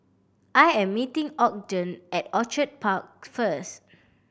I am meeting Ogden at Orchid Park first